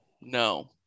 No